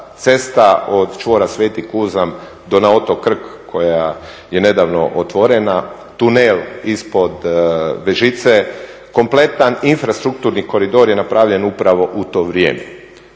cesta od čvora Sv. Kuzam do na otok Krk koja je nedavno otvorena, tunel ispod Vežice kompletan infrastrukturni koridor je napravljen upravo u to vrijeme.